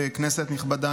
כנסת נכבדה,